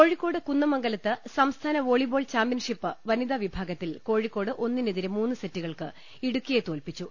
കോഴിക്കോട് കുന്നമംഗലത്ത് സംസ്ഥാന volleyball championship വനിതാവിഭാഗത്തിൽ കോഴിക്കോട് ഒന്നിനെതിരെ മൂന്ന് സെറ്റുകൾക്ക് ഇടുക്കിയെ തോൽപ്പിച്ചു